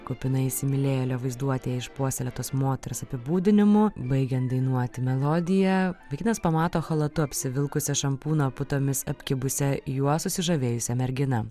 kupina įsimylėjėlio vaizduotėj išpuoselėtos moters apibūdinimų baigiant dainuoti melodiją vaikinas pamato chalatu apsivilkusią šampūno putomis apkibusią juo susižavėjusią merginą